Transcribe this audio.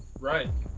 right.